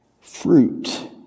fruit